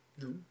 no